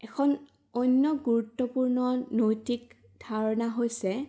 এখন অন্য গুৰুত্বপূৰ্ণ নৈতিক ধাৰণা হৈছে